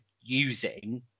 using